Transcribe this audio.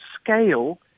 scale